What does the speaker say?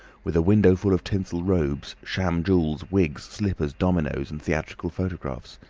with a window full of tinsel robes, sham jewels, wigs, slippers, dominoes and theatrical photographs.